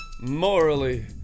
morally